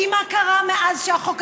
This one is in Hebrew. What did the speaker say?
כי מה קרה מאז שהחוק הזה,